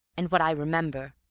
and what i remember,